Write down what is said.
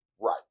Right